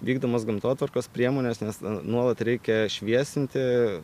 vykdomas gamtotvarkos priemones nes nuolat reikia šviesinti